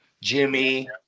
Jimmy –